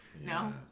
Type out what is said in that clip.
no